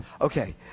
Okay